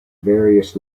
various